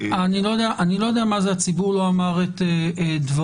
אני לא יודע מה זה הציבור לא אמר את דברו.